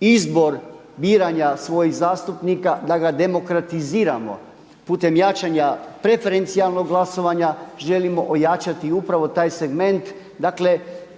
izbor biranja svojih zastupnika, da ga demokratiziramo putem jačanja preferencijalnog glasovanja želimo ojačati upravo taj segment. Dakle